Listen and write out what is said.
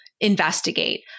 investigate